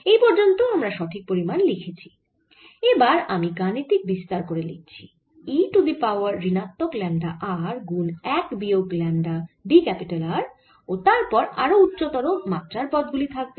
এই পর্যন্ত আমরা সঠিক পরিমান লিখেছি এবার আমি গাণিতিক বিস্তার করে লিখছি e টু দি পাওয়ার ঋণাত্মক ল্যামডা R গুন 1 বিয়োগ ল্যামডা d R ও তারপর আরো উচ্চতর মাত্রার পদ গুলি থাকবে